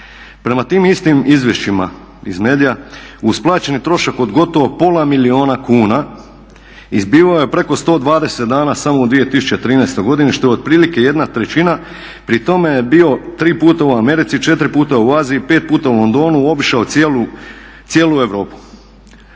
Prema tim istim izvješćima iz medija uz plaćeni trošak od gotovo pola milijuna kuna izbivao je preko 120 dana samo u 2013.godini što je otprilike 1/3. Pri tome je bio 3 puta u Americi, 4 puta u Aziji, 5 puta u Londonu, obišao je cijelu Europu."